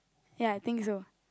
ya I think so